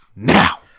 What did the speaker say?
now